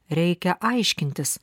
reikia aiškintis